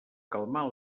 calmar